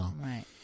Right